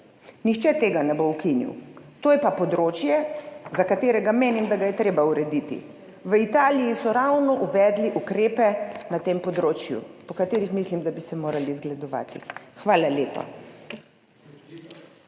Nihče tega ne bo ukinil. To je pa področje, za katerega menim, da ga je treba urediti. V Italiji so ravno uvedli ukrepe na tem področju, po katerih, mislim, bi se morali zgledovati. Hvala lepa.